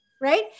right